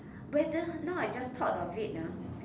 whether now I just thought of it ah